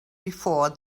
before